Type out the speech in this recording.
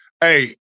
Hey